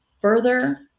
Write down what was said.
further